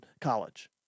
college